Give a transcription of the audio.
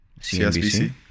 CNBC